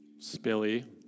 spilly